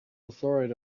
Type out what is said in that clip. authority